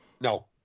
No